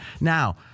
Now